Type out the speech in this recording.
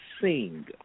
sing